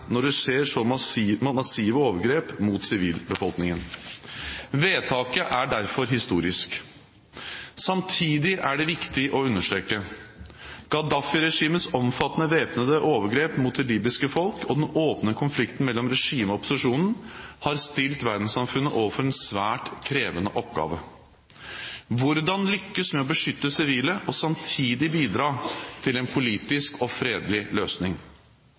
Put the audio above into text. når det skjer så massive overgrep mot sivilbefolkningen. Vedtaket er derfor historisk. Samtidig er det viktig å understreke at Gaddafi-regimets omfattende væpnede overgrep mot det libyske folk og den åpne konflikten mellom regimet og opposisjonen har stilt verdenssamfunnet overfor en svært krevende oppgave: hvordan lykkes med å beskytte sivile og samtidig bidra til en politisk og fredelig løsning?